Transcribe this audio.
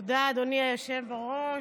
תודה, אדוני היושב בראש.